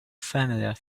familiar